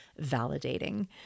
validating